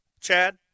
Chad